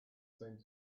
seemed